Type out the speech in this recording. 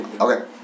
Okay